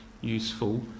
useful